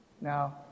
Now